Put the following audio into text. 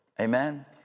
Amen